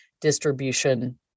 distribution